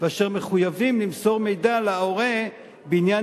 ואשר מחויבים למסור מידע להורה בעניין